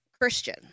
Christian